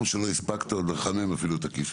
גם שלא הספקת אפילו לחמם את הכיסא.